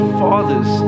fathers